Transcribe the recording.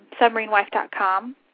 submarinewife.com